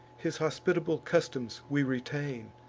his hospitable customs we retain.